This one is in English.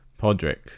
podrick